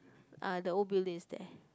uh the old building is there